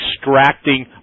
extracting